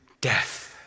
death